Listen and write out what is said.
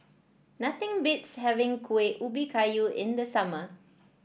nothing beats having Kuih Ubi Kayu in the summer